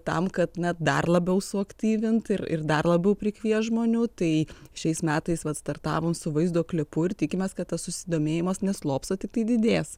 tam kad na dar labiau suaktyvint ir ir dar labiau prikviest žmonių tai šiais metais vat startavom su vaizdo klipu ir tikimės kad tas susidomėjimas neslops o tiktai didės